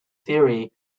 theory